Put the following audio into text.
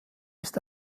ist